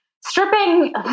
stripping